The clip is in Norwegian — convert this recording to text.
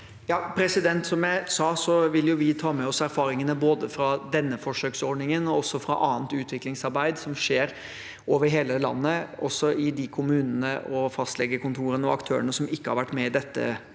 Som jeg sa, vil vi ta med oss erfaringene både fra denne forsøksordningen og fra annet utviklingsarbeid som skjer over hele landet, også hos de kommunene, fastlegekontorene og aktørene som ikke har vært med i dette